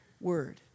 word